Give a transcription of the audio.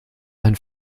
ein